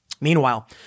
Meanwhile